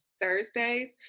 thursdays